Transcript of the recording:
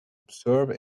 observe